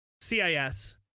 CIS